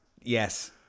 Yes